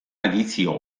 edizio